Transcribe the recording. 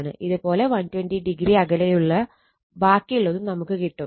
ഇതുപോലെ 120o അകലെയുള്ള ബാക്കിയുള്ളതും നമുക്ക് കിട്ടും